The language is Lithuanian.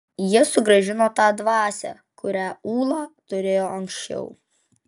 jie sugrąžino tą dvasią kurią ūla turėjo anksčiau